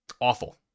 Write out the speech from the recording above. Awful